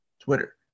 twitter